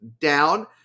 down